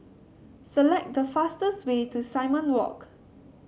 select the fastest way to Simon Walk